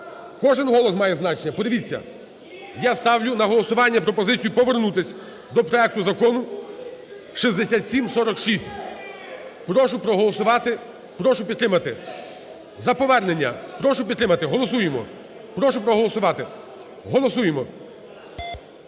Кожен голос має значення, подивіться. Я ставлю на голосування пропозицію повернутись до проекту Закону 6746. Прошу проголосувати, прошу підтримати за повернення. Прошу підтримати. Голосуємо! Прошу проголосувати. Голосуємо.